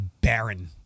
barren